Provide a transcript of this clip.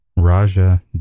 Raja